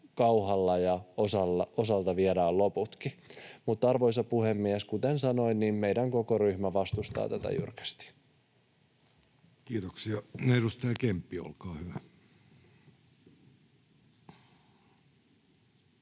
kauhalla ja osalta viedään loputkin. Mutta, arvoisa puhemies, kuten sanoin, niin meidän koko ryhmä vastustaa tätä jyrkästi. [Speech 509] Speaker: